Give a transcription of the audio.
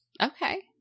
Okay